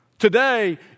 Today